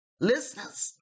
Listeners